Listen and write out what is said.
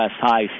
high